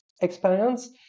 experience